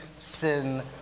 sin